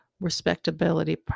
respectability